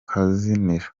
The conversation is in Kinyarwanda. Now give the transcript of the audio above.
azakinira